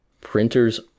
printers